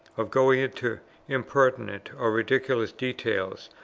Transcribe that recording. of going into impertinent or ridiculous details,